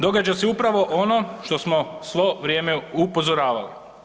Događa se upravo ono što smo svo vrijeme upozoravali.